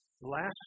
Last